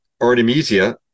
Artemisia